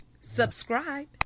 subscribe